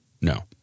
no